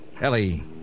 Ellie